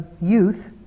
youth